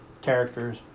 characters